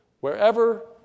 wherever